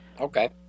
Okay